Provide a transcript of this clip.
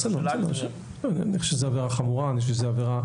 אני חושב שזו עבירה